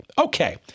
Okay